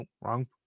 wrong